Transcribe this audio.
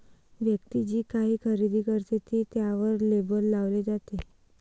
व्यक्ती जे काही खरेदी करते ते त्यावर लेबल लावले जाते